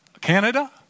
Canada